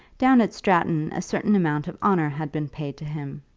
down at stratton, a certain amount of honour had been paid to him.